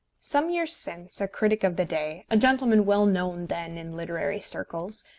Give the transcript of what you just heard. some years since a critic of the day, a gentleman well known then in literary circles,